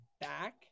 back